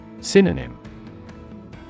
Synonym